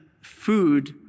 food